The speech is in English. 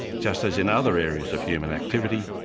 just as in other areas of human activity,